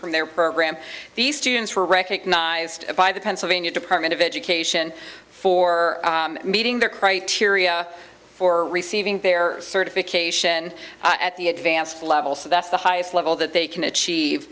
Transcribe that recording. from their program the students were recognized by the pennsylvania department of education for meeting their criteria for receiving their certification at the advanced level so that's the highest level that they can achieve